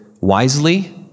wisely